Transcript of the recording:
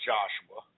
Joshua